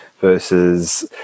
versus